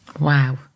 wow